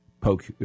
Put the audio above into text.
poke